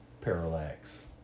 parallax